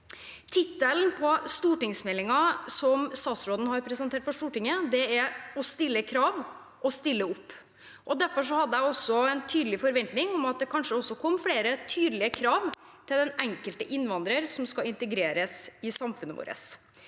Tittelen på stortingsmeldingen som statsråden har presentert for Stortinget, er: Stille krav og stille opp. Derfor hadde jeg også en tydelig forventning om at det kanskje kom flere tydelige krav til den enkelte innvandrer som skal integreres i samfunnet vårt.